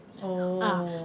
oh